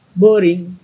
boring